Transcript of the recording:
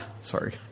Sorry